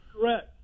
Correct